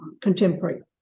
contemporary